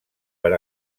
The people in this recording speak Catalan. per